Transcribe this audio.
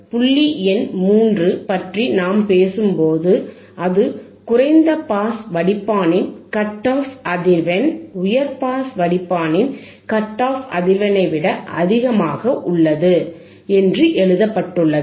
புள்ளி எண் 3 பற்றி நாம் பேசும்போது அது குறைந்த பாஸ் வடிப்பானின் கட் ஆஃப் அதிர்வெண் உயர் பாஸ் வடிப்பானின் கட் ஆஃப் அதிர்வெண்ணை விட அதிகமாக உள்ளது என்று எழுதப்பட்டுள்ளது